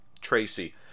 Tracy